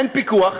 אין פיקוח,